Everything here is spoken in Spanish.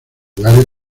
lugares